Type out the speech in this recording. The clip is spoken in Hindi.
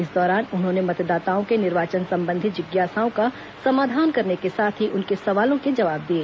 इस दौरान उन्होंने मतदाताओं की निर्वाचन संबंधी जिज्ञासाओं का समाधान करने के साथ ही उनके सवालों के जवाब दिए